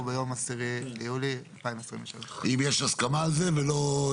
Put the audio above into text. ביום העשרה ביולי 2023. אם יש הסכמה על זה ולא,